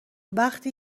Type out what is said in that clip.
وقتی